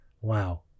wow